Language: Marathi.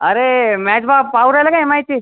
अरे म्याचबा पाहू राहिला का एम आयची